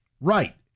Right